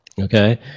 Okay